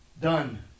Done